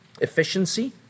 efficiency